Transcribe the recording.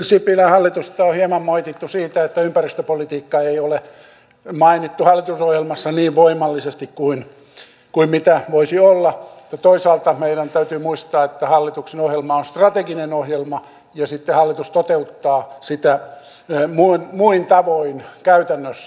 sipilän hallitusta on hieman moitittu siitä että ympäristöpolitiikkaa ei ole mainittu hallitusohjelmassa niin voimallisesti kuin mitä voisi olla mutta toisaalta meidän täytyy muistaa että hallituksen ohjelma on strateginen ohjelma ja sitten hallitus toteuttaa sitä muilla tavoin käytännössä